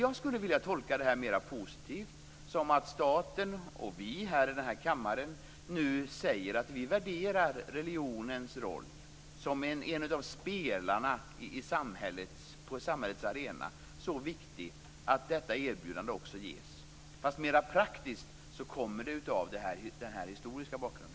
Jag skulle vilja tolka det här mera positivt, som att staten och vi i denna kammare nu säger att vi värderar religionens roll, som en av spelarna på samhällets arena, som så viktig att detta erbjudande nu ges. Men mera praktiskt kommer det sig av den historiska bakgrunden.